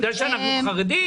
בגלל שאנחנו חרדים?